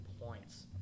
points